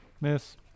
Miss